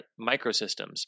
Microsystems